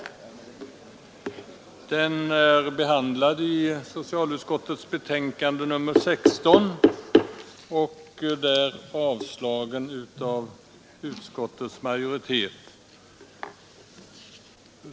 Motionen är behandlad i socialutskottets betänkande nr 16 och där avslagen av utskottets majoritet.